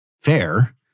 fair